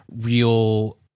real